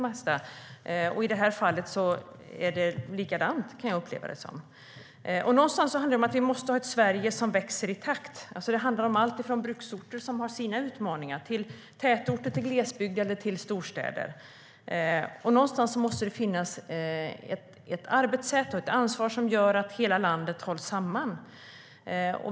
I det här fallet upplever jag det likadant. Det handlar om att vi på något sätt måste ha ett Sverige som växer i takt. Det handlar om alltifrån bruksorter, som har sina utmaningar, till tätorter, glesbygd eller storstäder. Det måste finnas ett arbetssätt och ett ansvar som gör att hela landet hålls samman.